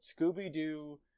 Scooby-Doo